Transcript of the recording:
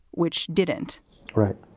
which didn't right.